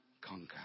conquer